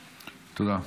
תודה.